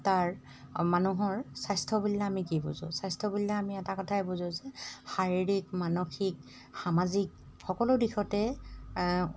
তাৰ অঁ মানুহৰ স্বাস্থ্য বুলিলে আমি কি বুজোঁ স্বাস্থ্য বুলিলে আমি এটা কথাই বুজোঁ যে শাৰীৰিক মানসিক সামাজিক সকলো দিশতে